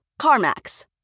CarMax